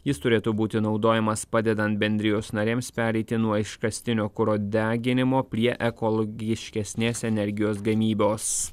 jis turėtų būti naudojamas padedant bendrijos narėms pereiti nuo iškastinio kuro deginimo prie ekologiškesnės energijos gamybos